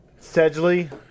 Sedgley